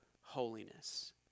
holiness